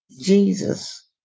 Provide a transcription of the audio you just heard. Jesus